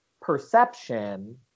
perception